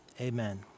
Amen